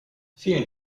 vielen